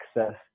access